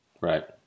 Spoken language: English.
Right